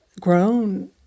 grown